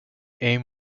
aim